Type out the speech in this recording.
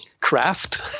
craft